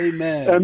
Amen